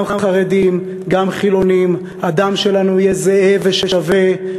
גם חרדים, גם חילונים, הדם שלנו יהיה זהה ושווה.